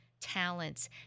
talents